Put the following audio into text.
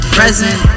present